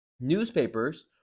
newspapers